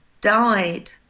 died